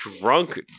drunk